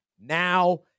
now